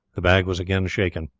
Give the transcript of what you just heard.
the bag was again shaken.